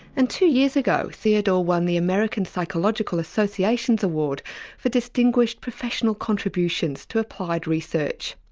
and two years ago theodore won the american psychological association's award for distinguished professional contributions to applied research.